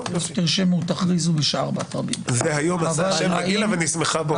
תרשמו, תכריזו --- זה היום נגילה ונשמחה בו.